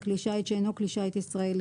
בכלי שיט שאינו כלי שיט ישראלי,